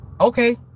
okay